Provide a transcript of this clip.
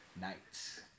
nights